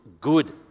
good